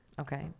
Okay